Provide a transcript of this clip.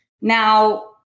Now